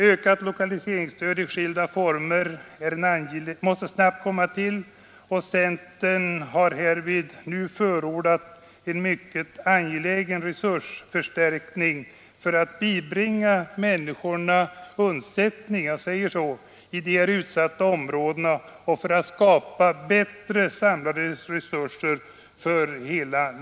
Ökat lokaliseringsstöd i skilda former måste snabbt åstadkommas, och centern förordar nu en angelägen resursförstärkning för att bringa människorna i de utsatta områdena undsättning — jag säger så — och skapa bättre samlade resurser för hela folket.